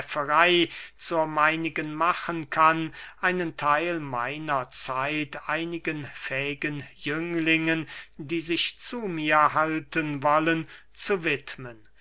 zur meinigen machen kann einen theil meiner zeit einigen fähigen jünglingen die sich zu mir halten wollen zu widmen